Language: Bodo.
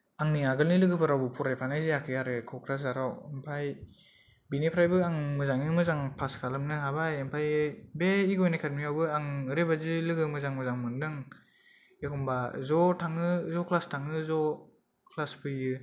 आंनि आगोलनि लोगोफोर रावबो फरायफानाय जायाखै आरो कक्राझाराव ओमफ्राय बिनिफ्रायबो आं मोजाङैनो मोजां फास खालामनो हाबाय ओमफाय बे इउ एन एकाडेमिआवबो आं ओरैबायदि लोगो मोजां मोजां मोनदों एखम्बा ज' थाङो ज' क्लास थाङो ज' क्लास फैयो